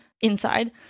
inside